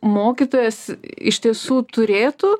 mokytojas iš tiesų turėtų